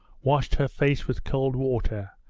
washed her face with cold water,